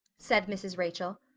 said mrs. rachel.